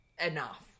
enough